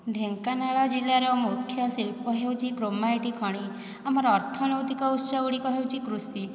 ଢେଙ୍କାନାଳ ଜିଲ୍ଲାର ମୁଖ୍ୟ ଶିଳ୍ପ ହେଉଛି କ୍ରୋମାଇଟ ଖଣି ଆମର ଅର୍ଥନୈତିକ ଉତ୍ସ ଗୁଡ଼ିକ ହେଉଛି କୃଷି